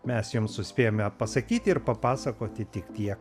mes jau suspėjome pasakyti ir papasakoti tik tiek